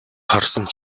харсан